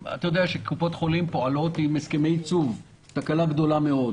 אתה יודע שקופות החולים פועלות עם הסכמי ייצוב תקלה גדולה מאוד